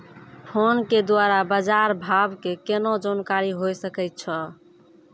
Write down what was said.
Phone के द्वारा बाज़ार भाव के केना जानकारी होय सकै छौ?